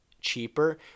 cheaper